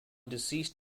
deceased